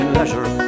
leisure